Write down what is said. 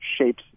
shapes